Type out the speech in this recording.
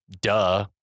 duh